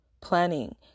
planning